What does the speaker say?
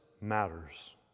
matters